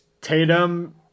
Tatum